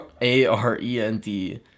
A-R-E-N-D